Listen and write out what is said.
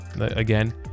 again